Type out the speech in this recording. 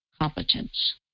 competence